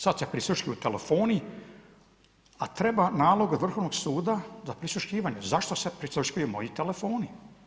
Sada se prisluškuju telefoni a treba nalog od Vrhovnog suda za prisluškivanje, zašto se prisluškuju moji telefoni.